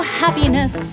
happiness